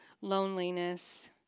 loneliness